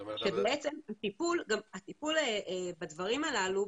הטיפול בדברים הללו,